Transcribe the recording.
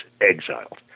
exiled